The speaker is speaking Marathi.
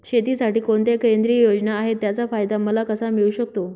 शेतीसाठी कोणत्या केंद्रिय योजना आहेत, त्याचा फायदा मला कसा मिळू शकतो?